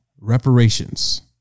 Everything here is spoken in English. reparations